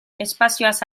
espazioaz